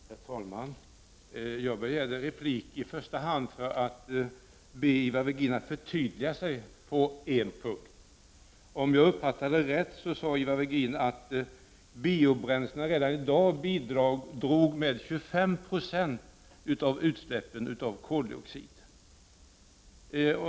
Herr talman! Jag begärde replik i första hand för att be Ivar Virgin förtydliga sig på en punkt. Om jag uppfattade det rätt sade Ivar Virgin att biobränslena redan i dag bidrar med 25 90 av utsläppen av koldioxid.